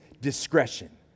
discretion